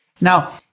Now